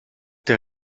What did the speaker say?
der